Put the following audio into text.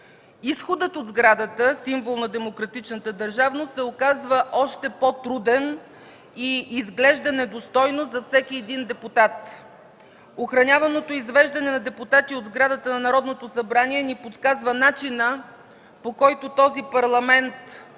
Изходът от сградата – символ на демократичната държавност, се оказва още по-труден и изглежда недостойно за всеки един депутат. Охраняваното извеждане на депутати от сградата на Народното събрание ни подсказва начина, по който този Парламент